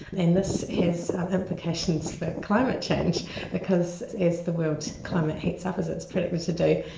and this has implications for climate change because as the world climate heats up, as it's predicted to do,